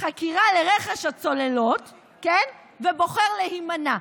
חקירה לרכש הצוללות ובוחר להימנע.